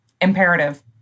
Imperative